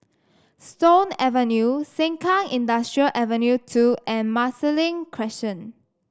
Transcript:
Stone Avenue Sengkang Industrial Ave New two and Marsiling Crescent